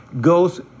goes